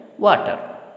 Water